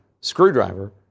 screwdriver